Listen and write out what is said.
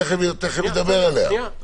תכף אדבר עליה.